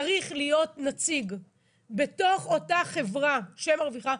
צריך להיות נציג בתוך אותה חברה שמרוויחה,